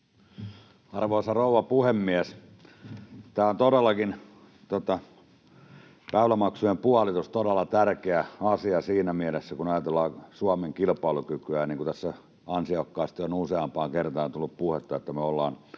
Arvoisa rouva puhemies! Tämä väylämaksujen puolitus on todellakin todella tärkeä asia siinä mielessä, kun ajatellaan Suomen kilpailukykyä. Niin kuin tässä ansiokkaasti on useampaan kertaan tullut puhetta, me ollaan